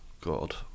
god